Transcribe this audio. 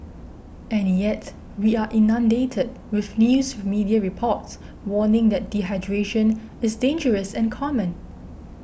and yet we are inundated with news media reports warning that dehydration is dangerous and common